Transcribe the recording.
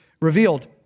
revealed